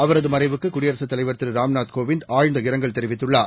அவரதுமறைவுக்கு குடியரசுதலைவர்கூராம்நாத்கோவிந்த்ஆழ்ந்தஇரங்கல்தெரி வித்துள்ளார்